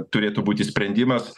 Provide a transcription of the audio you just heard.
turėtų būti sprendimas